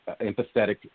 empathetic